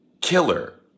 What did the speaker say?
Killer